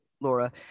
Laura